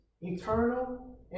eternal